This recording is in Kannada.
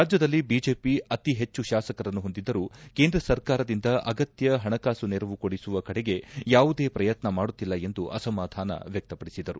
ರಾಜ್ಯದಲ್ಲಿ ಏಜೆಪಿ ಅತಿಹೆಚ್ಚು ಶಾಸಕರನ್ನು ಹೊಂದಿದ್ದರೂ ಕೇಂದ್ರ ಸರ್ಕಾರದಿಂದ ಅಗತ್ತ ಪಣಕಾಸು ನೆರವು ಕೊಡಿಸುವ ಕಡೆಗೆ ಯಾವುದೇ ಪ್ರಯತ್ನ ಮಾಡುತ್ತಿಲ್ಲ ಎಂದು ಅಸಮಾಧಾನ ವ್ಯಕ್ತಪಡಿಸಿದರು